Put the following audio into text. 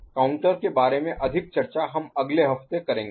counter के बारे में अधिक चर्चा हम अगले हफ्ते करेंगे